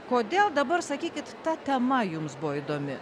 kodėl dabar sakykit ta tema jums buvo įdomi